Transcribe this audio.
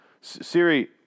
Siri